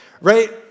right